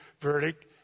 verdict